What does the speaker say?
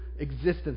existence